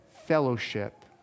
fellowship